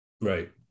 Right